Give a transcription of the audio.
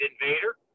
Invader